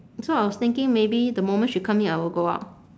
so I was thinking maybe the moment she come in I will go out